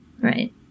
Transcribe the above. Right